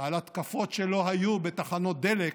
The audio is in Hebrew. על התקפות שלא היו בתחנות דלק,